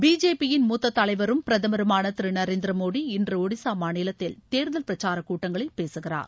பிஜேபியின் மூத்த தலைவரும் பிரதமருமான திரு நரேந்திர மோடி இன்று ஒடிசா மாநிலத்தில் தேர்தல் பிரச்சார கூட்டங்களில் பேசுகிறார்